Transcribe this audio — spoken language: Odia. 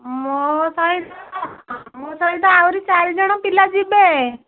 ମୋ ସହିତ ମୋ ସହିତ ଆହୁରି ଚାରି ଜଣ ପିଲା ଯିବେ